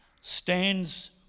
stands